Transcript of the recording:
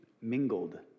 mingled